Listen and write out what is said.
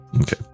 Okay